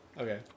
Okay